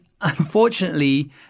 unfortunately